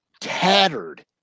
tattered